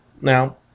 now